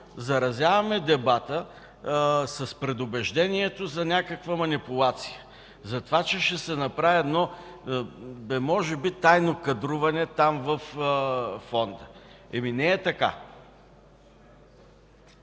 заразяваме дебата с предубеждението за някаква манипулация, затова че ще се направи може би тайно кадруване там, във Фонда. А не е така!